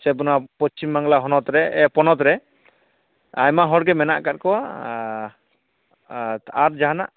ᱥᱮ ᱟᱵᱚ ᱱᱚᱣᱟ ᱯᱚᱪᱷᱤᱢ ᱵᱟᱝᱞᱟ ᱦᱚᱱᱚᱛ ᱨᱮ ᱮ ᱯᱚᱱᱚᱛ ᱨᱮ ᱟᱭᱢᱟ ᱦᱚᱲ ᱜᱮ ᱢᱮᱱᱟᱜ ᱟᱠᱟᱫ ᱠᱚᱣᱟ ᱟᱨ ᱡᱟᱦᱟᱱᱟᱜ